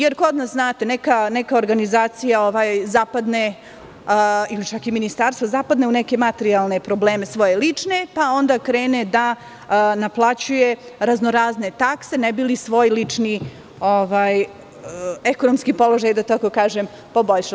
Jer kod nas, znate, neka organizacija zapadne, ili čak i ministarstvo, zapadne u neke materijalne probleme svoje lične, pa onda krene da naplaćuje raznorazne takse, ne bi li svoj lični ekonomski položaj, da tako kažem, poboljšala.